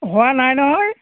হোৱা নাই নহয়